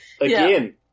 again